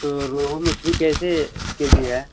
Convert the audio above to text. तो रोहू मछली कैसे के जी है